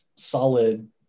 solid